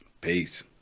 Peace